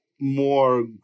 more